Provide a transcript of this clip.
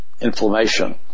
inflammation